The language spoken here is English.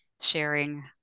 sharing